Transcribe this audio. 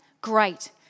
great